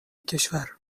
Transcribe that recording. کشور